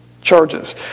charges